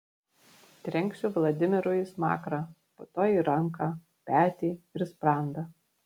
trenksiu vladimirui į smakrą po to į ranką petį ir sprandą